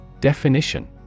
Definition